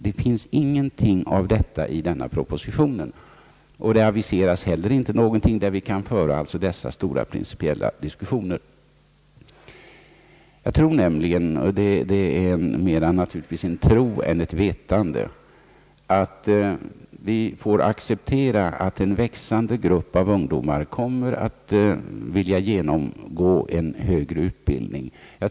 Det finns ingenting av detta i propositionen, och det aviseras inte heller någonting som kan ligga till grund för principiella diskussioner. Jag tror — det är naturligtvis mera en tro än ett vetande — att vi får acceptera att en växande grupp av ungdomar kommer att vilja genomgå en högre utbildning.